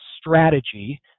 strategy